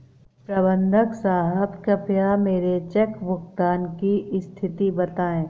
प्रबंधक साहब कृपया मेरे चेक भुगतान की स्थिति बताएं